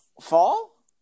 fall